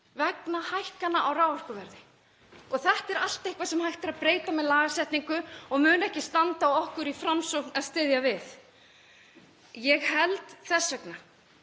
vegna hækkana á raforkuverði. Þetta er allt eitthvað sem hægt er að breyta með lagasetningu og mun ekki standa á okkur í Framsókn að styðja við. Ég held þess vegna